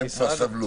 הם כבר סבלו.